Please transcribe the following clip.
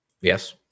Yes